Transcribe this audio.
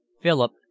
Philip